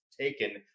taken